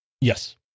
Yes